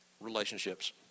relationships